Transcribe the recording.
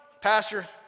pastor